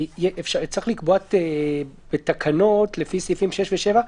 צריך לקבוע בתקנות לפי סעיפים 6 ו-7,